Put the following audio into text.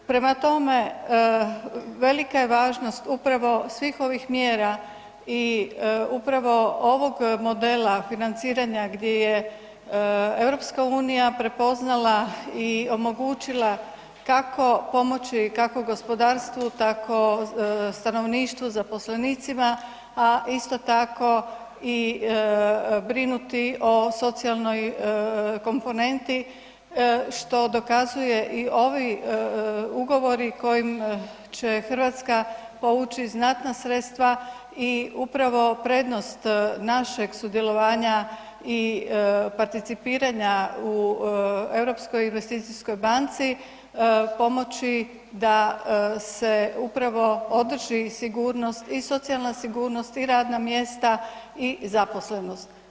Prema tome, velika je važnost upravo svih ovih mjera i upravo ovog modela financiranja gdje je EU prepoznala i omogućila, kako pomoći, kako gospodarstvu, tako stanovništvu, zaposlenicima, a isto tako i brinuti o socijalnoj komponenti što dokazuje i ovi ugovori kojim će Hrvatska povući znatna sredstva i upravo prednost našeg sudjelovanja i participiranja u Europskoj investicijskoj banci, pomoći da se upravo održi sigurnost i socijalna sigurnost i radna mjesta i zaposlenost.